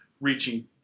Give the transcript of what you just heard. reaching